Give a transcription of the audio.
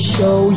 Show